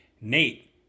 Nate